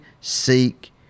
seek